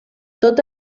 tot